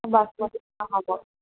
বাচমতি নহ'ব